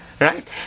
Right